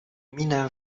minę